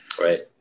right